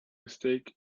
mistake